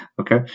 Okay